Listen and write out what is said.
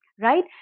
right